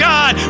God